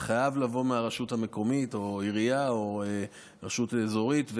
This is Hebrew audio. זה חייב לבוא מהרשות המקומית או העירייה או רשות אזורית.